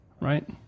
right